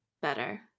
better